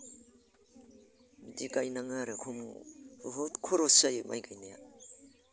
बिदि गायनाङो आरो बुहुद खरस जायो माइ गायनाया